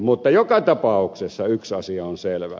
mutta joka tapauksessa yksi asia on selvä